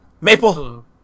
Maple